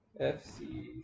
FC